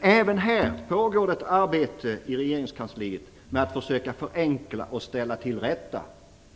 Även kring detta pågår i regeringskansliet ett arbete, som går ut på att försöka förenkla och ställa till rätta